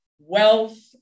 wealth